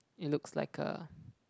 it looks like a